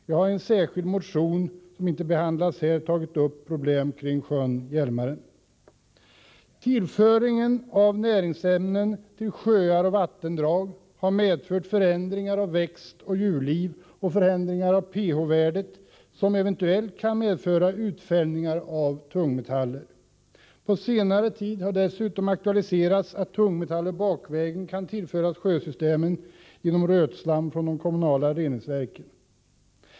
Jag har i en särskild motion, som inte behandlas här, aktualiserat problemen kring sjön Hjälmaren. Tillföringen av näringsämnen till sjöar och vattendrag har medfört förändringar i växtoch djurliv och av pH-värdet, som eventuellt kan medföra utfällningar av tungmetaller. På senare tid har dessutom aktualiserats att tungmetaller bakvägen kan tillföras sjösystemen genom rötslam från de kommunala reningsverken.